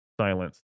silence